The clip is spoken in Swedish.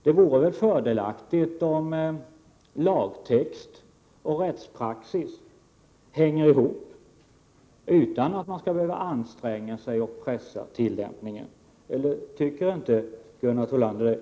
Det vore väl fördelaktigt om lagtext och rättspraxis hängde ihop utan att man skall behöva anstränga sig och pressa tillämpningen? Tycker inte Gunnar Thollander det?